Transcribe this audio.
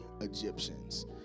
Egyptians